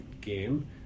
game